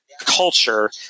culture